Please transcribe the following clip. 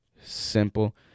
simple